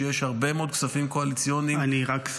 שיש הרבה מאוד כספים קואליציוניים --- אני רק,